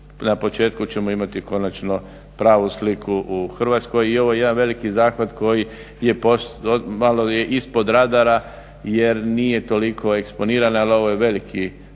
na početku ćemo imati konačno pravu sliku u Hrvatskoj i ovo je jedan veliki zahvat koji je malo ispod radara jer nije toliko eksponiran, ali ovo je veliki